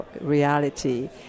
reality